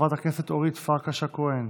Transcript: חברת הכנסת אורית פרקש הכהן,